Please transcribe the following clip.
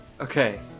Okay